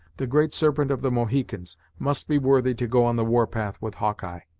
the great serpent of the mohicans must be worthy to go on the war-path with hawkeye.